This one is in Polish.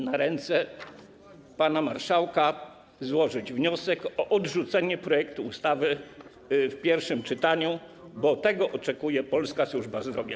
na ręce pana marszałka złożyć wniosek o odrzucenie projektu ustawy w pierwszym czytaniu, bo tego oczekuje polska służba zdrowia.